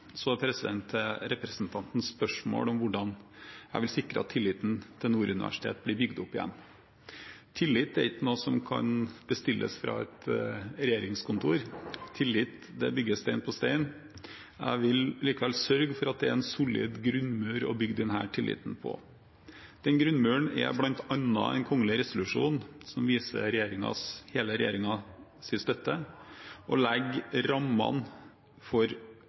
Så til representantens spørsmål om hvordan jeg vil sikre at tilliten til Nord universitet blir bygd opp igjen. Tillit er ikke noe som kan bestilles fra et regjeringskontor. Tillit bygges stein på stein. Jeg vil likevel sørge for at det er en solid grunnmur å bygge denne tilliten på. Den grunnmuren er bl.a. en kongelig resolusjon som viser hele regjeringens støtte og legger rammene for